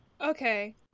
Okay